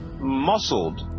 muscled